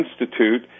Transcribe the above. Institute